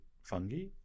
fungi